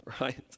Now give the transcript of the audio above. right